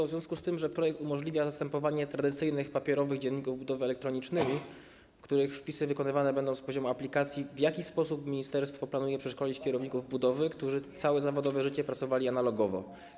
W związku z tym, że projekt umożliwia zastępowanie tradycyjnych papierowych dzienników budowy elektronicznymi, w których wpisy wykonywane będą z poziomu aplikacji, w jaki sposób ministerstwo planuje przeszkolić kierowników budowy, którzy całe zawodowe życie pracowali analogowo?